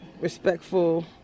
respectful